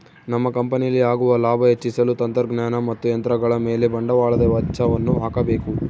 ನಮ್ಮ ಕಂಪನಿಯಲ್ಲಿ ಆಗುವ ಲಾಭ ಹೆಚ್ಚಿಸಲು ತಂತ್ರಜ್ಞಾನ ಮತ್ತು ಯಂತ್ರಗಳ ಮೇಲೆ ಬಂಡವಾಳದ ವೆಚ್ಚಯನ್ನು ಹಾಕಬೇಕು